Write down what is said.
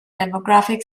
demographic